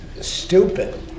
stupid